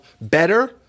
better